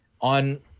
on